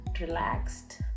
relaxed